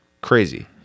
Crazy